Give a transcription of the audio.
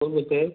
कोण बोलत आहे